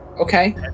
Okay